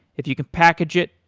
if you can package it,